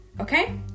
okay